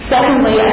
Secondly